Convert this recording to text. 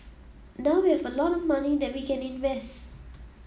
now we have a lot of money that we can invest